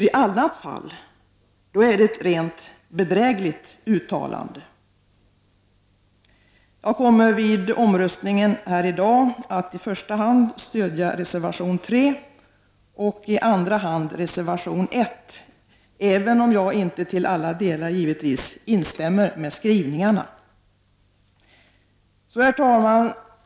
I annat fall är det ett rent bedrägligt uttalande. Vid omröstningen i dag kommer jag att i första hand stödja reservation 3 och i andra hand reservation 1, även om jag inte till alla delar instämmer i skrivningarna. Herr talman!